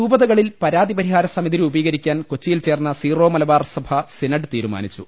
രൂപതകളിൽ പരാതി പരിഹാര സമിതി രൂപീക്രിക്കാൻ കൊച്ചി യിൽ ചേർന്ന സീറോ മലബാർ സഭ സിനഡ് ത്രീരുമാനിച്ചു